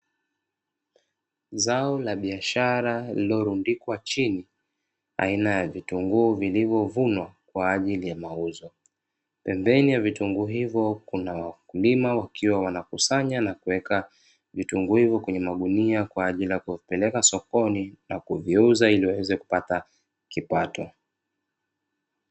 Zao la biashara lililorundikwa chini aina ya vitunguu vilivyovunwa kwa ajili ya mauzo, pembeni ya vitunguu hivyo kuna wakulima wakiwa wanakusanya na kuweka vitunguu hivyo kwenye magunia kwa ajili ya kuvipeleka sokoni na kuviuza ili waweze kupata kipato.